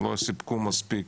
הם לא סיפקו מספיק.